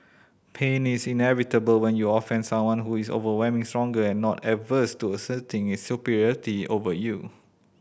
pain is inevitable when you offend someone who is overwhelmingly stronger and not averse to asserting its superiority over you